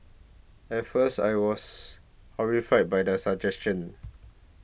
at first I was horrified by the suggestion